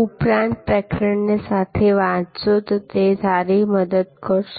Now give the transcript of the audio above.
ઉપરાંત પ્રકરણને સાથે સાથે વાંચશો તો તે સારી મદદ કરશે